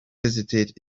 visited